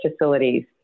facilities